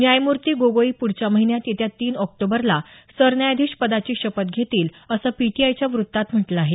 न्यायमूर्ती गोगोई पुढच्या महिन्यात येत्या तीन ऑक्टोबरला सरन्यायाधीश पदाची शपथ घेतील असं पीटीआयच्या व्रत्तात म्हटलं आहे